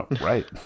Right